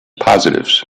positives